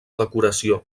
decoració